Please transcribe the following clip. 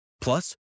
Plus